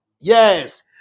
yes